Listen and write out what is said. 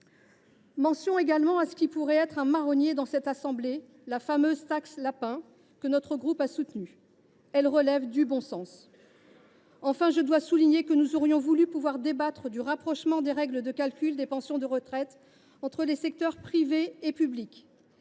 pense également à ce qui pourrait être un marronnier dans cette assemblée : la fameuse « taxe lapin », que notre groupe a soutenue. Elle relève du bon sens. Enfin, je dois souligner que nous aurions voulu pouvoir débattre du rapprochement des règles de calcul des pensions de retraite entre les secteurs privé et public.